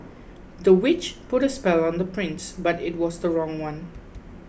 the witch put a spell on the prince but it was the wrong one